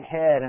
head